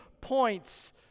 points